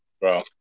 bro